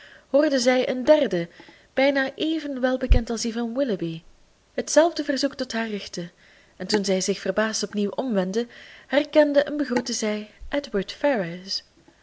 hoorde zij een derde bijna even welbekend als die van willoughby hetzelfde verzoek tot haar richten en toen zij zich verbaasd op nieuw omwendde herkende en begroette zij